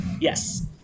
Yes